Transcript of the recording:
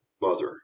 mother